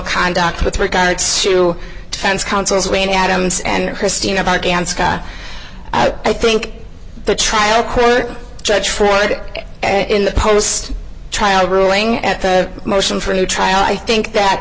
conduct with regards to defense counsel's reign adams and christine about gansa i think the trial court judge freud in the post trial ruling at the motion for new trial i think that